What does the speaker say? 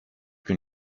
gün